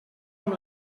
amb